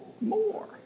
more